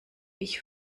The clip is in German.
ich